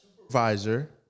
supervisor